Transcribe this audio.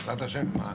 בעזרת השם,